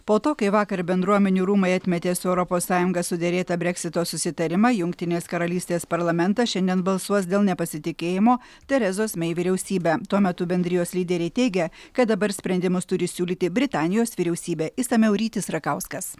po to kai vakar bendruomenių rūmai atmetė su europos sąjunga suderėtą breksito susitarimą jungtinės karalystės parlamentas šiandien balsuos dėl nepasitikėjimo terezos mei vyriausybe tuo metu bendrijos lyderiai teigia kad dabar sprendimus turi siūlyti britanijos vyriausybė išsamiau rytis rakauskas